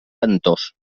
ventós